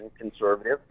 conservative